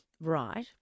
right –